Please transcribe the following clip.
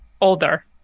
older